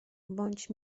bądź